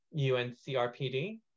UNCRPD